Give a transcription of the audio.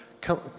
come